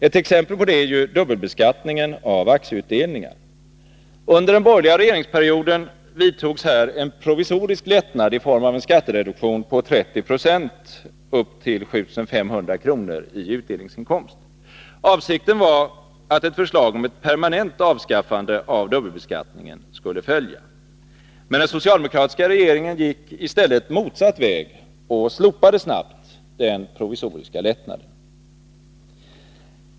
Ett exempel på det är ju dubbelbeskattningen av aktieutdelningar. Under den borgerliga regeringsperioden vidtogs här en provisorisk lättnad i form av en skattereduktion på 30 96 för belopp upp till 7 500 kr. i utdelningsinkomster. Avsikten var att ett förslag om ett permanent avskaffande av dubbelbeskattningen skulle följa. Men den socialdemokratiska regeringen gick i stället den motsatta vägen och slopade snabbt den provisoriska lättnaden.